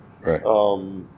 Right